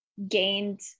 gained